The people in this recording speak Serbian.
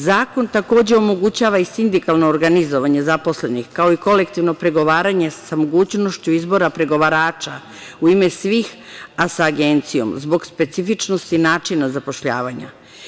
Zakon takođe omogućava i sindikalno organizovanje zaposlenih, kao i kolektivno pregovaranje, sa mogućnošću izbora pregovarača u ime svih a sa agencijom, zbog specifičnosti načina zapošljavanja.